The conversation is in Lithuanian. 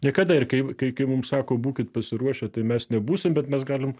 niekada ir kai kai mums sako būkit pasiruošę tai mes nebūsim bet mes galim